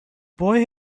boy